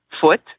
foot